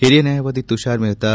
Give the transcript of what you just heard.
ಹಿರಿಯ ನ್ವಾಯವಾದಿ ತುಷಾರ್ ಮೆಹ್ತಾ